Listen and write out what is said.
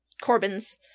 Corbin's